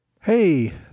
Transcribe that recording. Hey